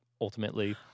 ultimately